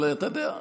אבל אתה יודע,